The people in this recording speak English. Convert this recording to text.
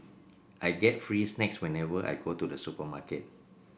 I get free snacks whenever I go to the supermarket